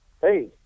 Hey